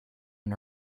and